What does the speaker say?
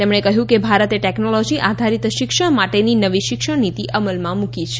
તેમણે કહ્યું કે ભારતે ટેકનોલોજી આધારિત શિક્ષણ માટેની નવી શિક્ષણ નીતિ અમલમાં મૂકી છે